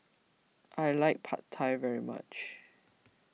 I like Pad Thai very much